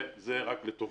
וזה רק לטובה.